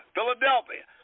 Philadelphia